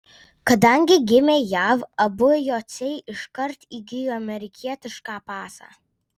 kadangi gimė jav abu jociai iškart įgijo amerikietišką pasą